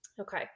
Okay